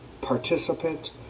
participant